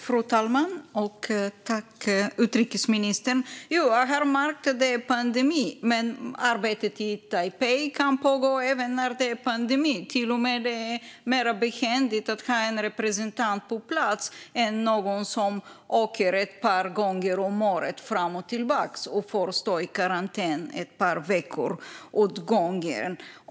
Fru talman! Jag har märkt att det råder en pandemi, men arbetet i Taipei kan pågå även under en pandemi. Det är till och med mer behändigt att ha en representant på plats än att ha någon som åker fram och tillbaka ett par gånger om året och får sitta i karantän ett par veckor åt gången.